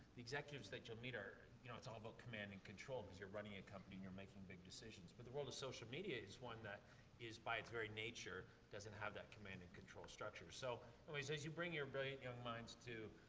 the executives that you'll meet are, you know, it's all about command and control, cause you're running a company and you're making big decisions. but the role of social media is one that is by its very nature, doesn't have that command and control structure. so anyways, as you bring your brilliant, young minds to,